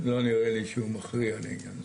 לא נראה לי שהוא מכריע לעניין זה,